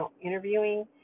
interviewing